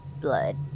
Blood